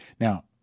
Now